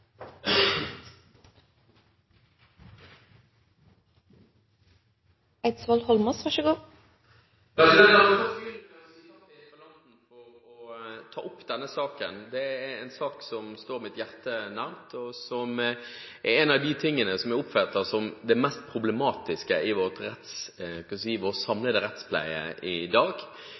for å ta opp denne saken. Dette er en sak som står mitt hjerte nær, og er en av de tingene som jeg oppfatter som mest problematisk i vår samlede rettspleie i dag, nemlig den manglende rettssikkerheten for folk som søker å få behandlet sakene sine i